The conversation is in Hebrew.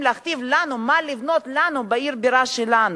להכתיב לנו מה לבנות לנו בעיר הבירה שלנו.